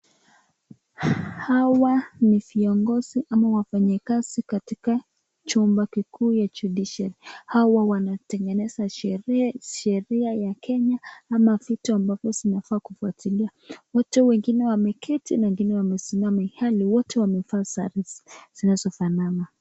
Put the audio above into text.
Hawa ni viongozi ama wafanyikazi katika chumba kikuu ya Judiciary[cd]. Hawa wanatengeneza sheria ya Kenya ama vita ambavyo vinafaa kufuatilia. Wote wengine wameketi na wengine wamesimama hali wote wamevaa sare zinazofanana.